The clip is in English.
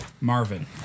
Marvin